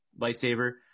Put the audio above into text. lightsaber